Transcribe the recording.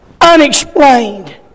unexplained